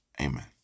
Amen